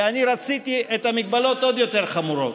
ואני רציתי מגבלות עוד יותר חמורות.